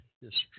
history